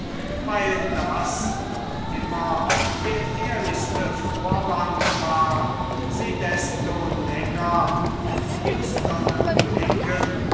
weil das doch immer der ehrlichste vorwand war sie desto länger mit lüsternen blicken